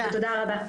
תודה רבה.